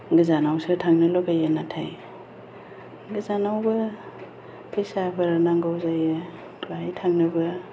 गोजानावसो थांनो लुगैयो नाथाय गोजानावबो फैसाफोर नांगौ जायो बाहाय थांनोबो